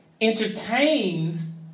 entertains